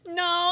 no